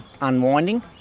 unwinding